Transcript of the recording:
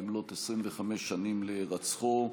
במלאת 25 שנים להירצחו.